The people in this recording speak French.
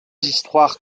histoires